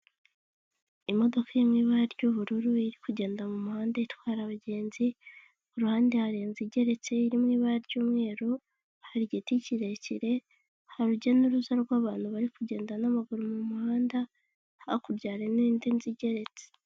Imodoka iri mu ibara ry'ubururu iri kugenda mu muhanda itwara abagenzi, ku ruhande hari inzu igeretse iri mu ibara ry'umweru, hari igiti kirekire hari urujya n'uruza rw'abantu bari kugenda n'amaguru, mu muhanda hakurya hari n'indi nzu igeretse.